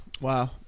Wow